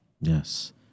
Yes